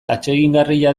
atsegingarria